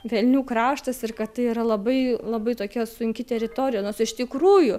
velnių kraštas ir kad tai yra labai labai tokia sunki teritorija nors iš tikrųjų